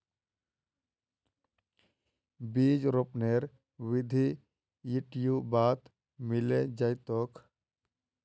बीज रोपनेर विधि यूट्यूबत मिले जैतोक